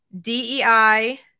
dei